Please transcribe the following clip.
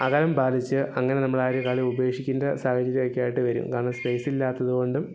അകലം പാലിച്ച് അങ്ങനെ നമ്മൾ ആരും കളി ഉപേക്ഷിക്കേണ്ട സാഹചര്യക്കെയായിട്ട് വരും കാരണം സ്പേസ് ഇല്ലാത്തതുകൊണ്ടും